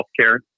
healthcare